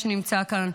שנמצא כאן,